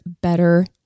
better